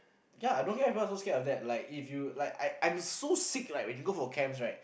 ya I don't get why people so scared of that like if you like I I I'm so sick like when you go for camps right